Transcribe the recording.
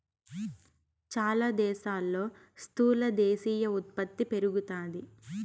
చాలా దేశాల్లో స్థూల దేశీయ ఉత్పత్తి పెరుగుతాది